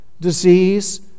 disease